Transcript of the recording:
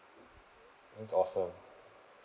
that's awesome